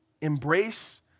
embrace